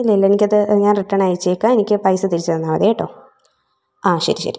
ഇല്ല ഇല്ല എനിക്കത് ഞാൻ റിട്ടേൺ അയച്ചേക്കാം എനിക്ക് പൈസ തിരിച്ചു തന്നാൽ മതി കേട്ടോ ആ ശരി ശരി